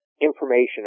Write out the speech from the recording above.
information